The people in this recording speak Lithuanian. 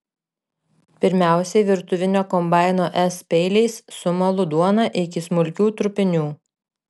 pirmiausiai virtuvinio kombaino s peiliais sumalu duoną iki smulkių trupinių